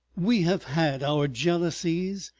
we have had our jealousies,